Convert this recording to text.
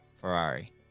Ferrari